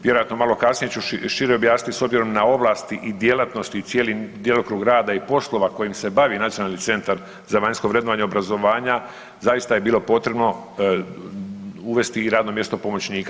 Vjerojatno malo kasnije ću šire objasnit s obzirom na ovlasti i djelatnosti i cijeli djelokrug rada i poslova kojim se bavi Nacionalni centar za vanjsko vrednovanje obrazovanja zaista je bilo potrebno uvesti i radno mjesto pomoćnika.